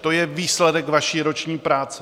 To je výsledek vaší roční práce.